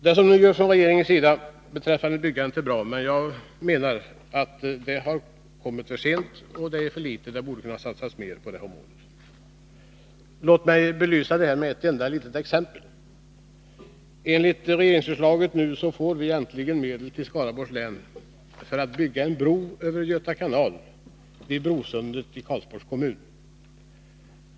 Det som nu görs från regeringens sida beträffande byggandet är bra, men jag menar att det har kommit för sent och är för litet. Det borde kunna satsas mer på detta område. Låt mig belysa detta med ett enda exempel. Enligt regeringsförslaget får vi äntligen medel till Skaraborgs län för att bygga en bro över Göta kanal vid Brosundet i Karlsborgs kommun.